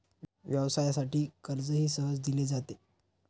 व्यवसायासाठी कर्जही सहज दिले जाते